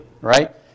right